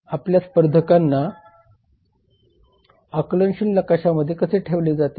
आपल्या स्पर्धकांना आकलनशील नकाशामध्ये कसे ठेवले जाते